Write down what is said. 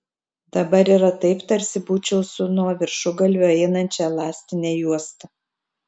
dabar yra taip tarsi būčiau su nuo viršugalvio einančia elastine juosta